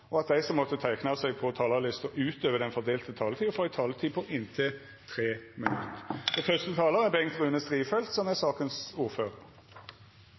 dei som måtte teikna seg på talarlista utover den fordelte taletida, får ei taletid på inntil 3 minutt.